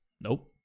Nope